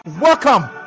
welcome